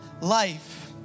life